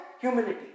humility